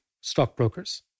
stockbrokers